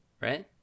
right